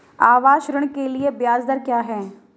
आवास ऋण के लिए ब्याज दर क्या हैं?